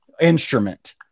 instrument